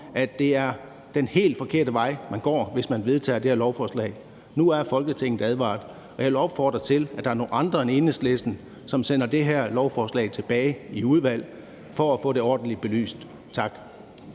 at det er den helt forkerte vej, man går, hvis man vedtager det her lovforslag. Nu er Folketinget advaret. Og jeg vil opfordre til, at der er nogle andre end Enhedslisten, som sender det her lovforslag tilbage i udvalget for at få det ordentligt belyst. Tak.